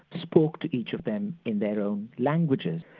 spoke to each of them in their own languages.